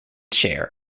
chair